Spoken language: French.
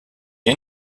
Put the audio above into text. est